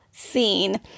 scene